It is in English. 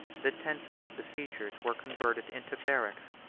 the tents of the besiegers were converted into barracks,